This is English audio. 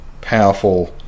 powerful